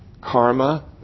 Karma